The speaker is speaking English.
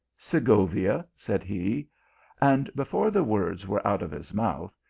segovia, said he and before the words were out of his mouth,